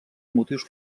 motius